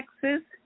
Texas